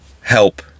help